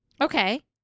Okay